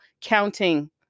counting